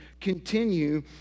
continue